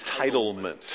entitlement